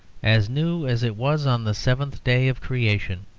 as new as it was on the seventh day of creation.